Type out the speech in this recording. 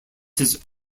his